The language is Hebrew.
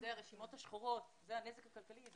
הרשימות השחורות, זה הנזק הכלכלי.